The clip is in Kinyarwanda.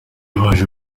baje